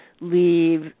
leave